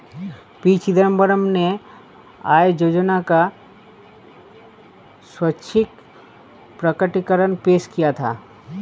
P Chidambaram ने आय योजना का स्वैच्छिक प्रकटीकरण पेश किया था